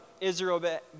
Israel